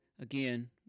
again